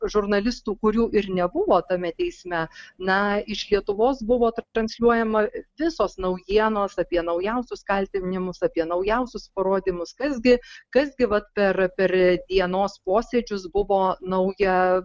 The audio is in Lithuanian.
žurnalistų kurių ir nebuvo tame teisme na iš lietuvos buvo transliuojama visos naujienos apie naujausius kaltinimus apie naujausius parodymus kas gi kas gi vat per per dienos posėdžius buvo nauja